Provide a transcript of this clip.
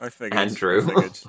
Andrew